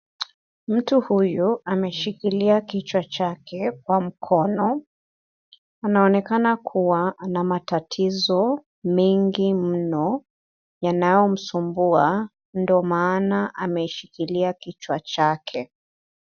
Mtu huyu ameshikilia kichwa chake kwa mkono. Anaonekana kuwa ana matatizo mengi mno yanayomsumbua ndo maana ameshikilia kichwa chake.